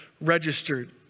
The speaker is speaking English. registered